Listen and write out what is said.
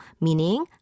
meaning